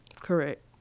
Correct